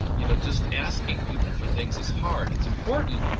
you know? just asking people for things is hard. it's important,